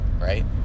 right